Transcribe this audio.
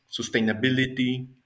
sustainability